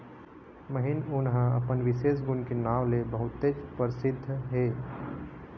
महीन ऊन ह अपन बिसेस गुन के नांव ले बहुतेच परसिद्ध हे